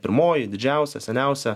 pirmoji didžiausia seniausia